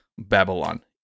Babylon